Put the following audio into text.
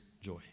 joy